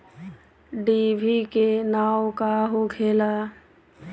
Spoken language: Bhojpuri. डिभी के नाव का होखेला?